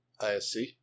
ISC